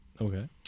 Okay